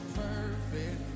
perfect